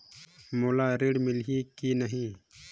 मोला ऋण मिलही की नहीं?